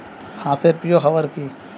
হাঁস এর প্রিয় খাবার কি?